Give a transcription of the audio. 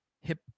hip